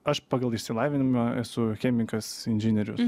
aš pagal išsilavinimą esu chemikas inžinierius